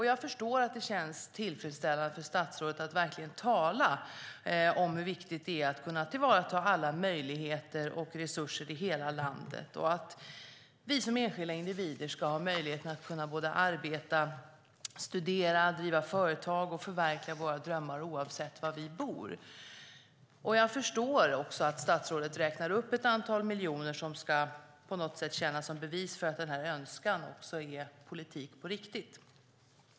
Jag förstår att det känns tillfredsställande för statsrådet att verkligen tala om hur viktigt det är att tillvarata alla möjligheter och resurser i hela landet och att vi som enskilda individer ska ha möjlighet att arbeta, studera, driva företag och förverkliga våra drömmar oavsett var vi bor. Jag förstår att statsrådet gärna räknar upp ett antal miljoner som ska tjäna som bevis på att den här önskan också är politik på riktigt.